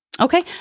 Okay